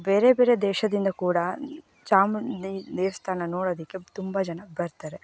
ಬೇರೆ ಬೇರೆ ದೇಶದಿಂದ ಕೂಡ ಚಾಮುಂಡಿ ದೇವಸ್ಥಾನ ನೋಡೋದಕ್ಕೆ ತುಂಬ ಜನ ಬರ್ತಾರೆ